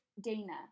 Dana